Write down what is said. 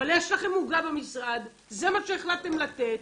אבל יש לכם עוגה במשרד, זה מה שהחלטתם לתת.